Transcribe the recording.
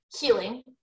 healing